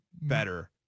better